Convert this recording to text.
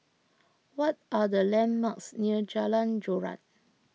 what are the landmarks near Jalan Joran